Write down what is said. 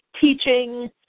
teaching